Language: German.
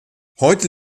heute